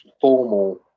formal